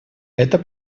это